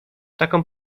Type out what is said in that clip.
taką